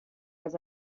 was